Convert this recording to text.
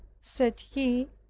said he,